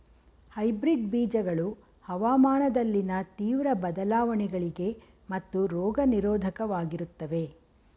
hybrid ಬೀಜಗಳು ಹವಾಮಾನದಲ್ಲಿನ ತೀವ್ರ ಬದಲಾವಣೆಗಳಿಗೆ ಮತ್ತು ರೋಗ ನಿರೋಧಕವಾಗಿರುತ್ತವೆ